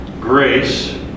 grace